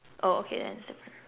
oh okay then it's different